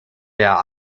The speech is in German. der